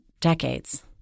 decades